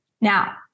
Now